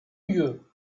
mieux